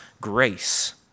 grace